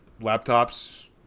laptops